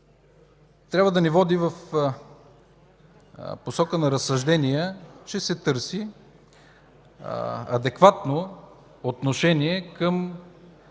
трябва да ни води в посока на разсъждения, че се търси адекватно отношение към